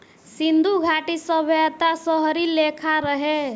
सिन्धु घाटी सभ्यता शहरी लेखा रहे